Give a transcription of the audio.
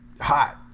hot